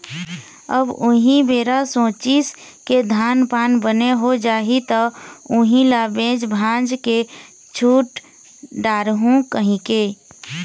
अब उही बेरा सोचिस के धान पान बने हो जाही त उही ल बेच भांज के छुट डारहूँ कहिके